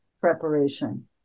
preparation